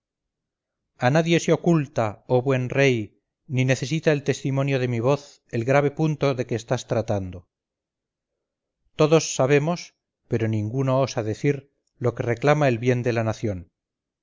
a nadie se oculta oh buen rey ni necesita el testimonio de mi voz el grave punto de que estás tratando todos sabemos pero ninguno osa decir lo que reclama el bien de la nación